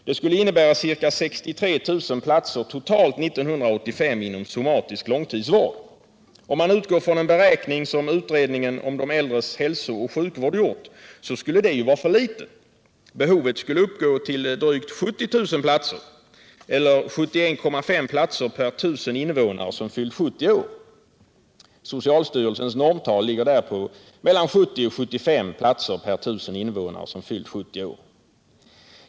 Det skulle innebära ca 63 000 platser totalt 1985 inom somatisk långtidsvård. Om man utgår från en beräkning som utredningen om de äldres hälsooch sjukvård gjort skulle det vara för litet. Behovet skulle uppgå till drygt 70 000 platser eller 71,5 platser per 1000 invånare som fyllt 70 år. Socialstyrelsens normtal ligger på 70-75 platser per 1000 invånare som fyllt 70 år.